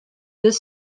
this